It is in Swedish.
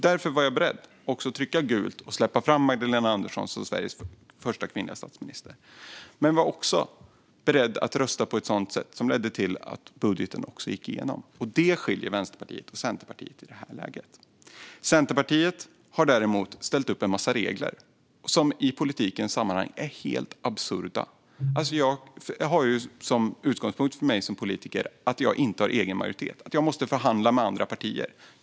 Därför var jag också beredd att trycka gult och släppa fram Magdalena Andersson som Sveriges första kvinnliga statsminister. Men jag var också beredd att rösta på ett sätt som ledde till att även budgeten gick igenom. Det skiljer Vänsterpartiet från Centerpartiet i det här läget. Centerpartiet har däremot ställt upp en massa regler som i politiska sammanhang är helt absurda. Min utgångspunkt som politiker är att jag inte har egen majoritet utan måste förhandla med andra partier.